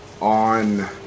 on